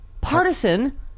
partisan